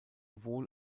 wohl